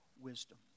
wisdom